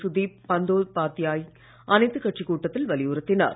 சுதீப் பந்தோபாத்யாய் அனைத்துக் கட்சிக் கட்டத்தில் வலியுறுத்தினார்